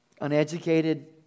uneducated